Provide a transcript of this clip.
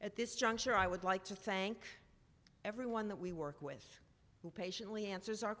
at this juncture i would like to thank everyone that we work with who patiently answers our